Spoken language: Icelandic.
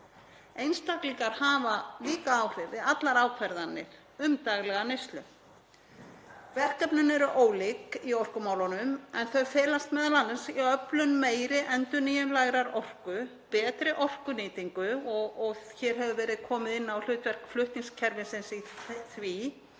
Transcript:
Einstaklingar hafa líka áhrif við allar ákvarðanir um daglega neyslu. Verkefnin eru ólík í orkumálunum en þau felast m.a. í öflun meiri endurnýjanlegrar orku, betri orkunýtingu — og hér hefur verið komið inn á hlutverk flutningskerfisins í því